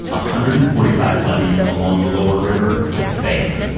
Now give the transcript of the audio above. ah hundred and forty five levies along the lower river failed.